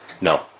No